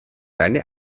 deine